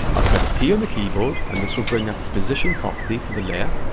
ah press p on the keyboard, and this will bring up the position property for the layer,